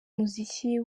muziki